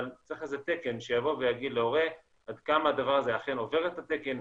אבל צריך תקן שיגיד להורה עד כמה הדבר הזה אכן עובר את התקן,